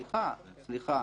סליחה.